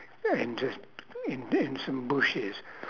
oh and just end in some bushes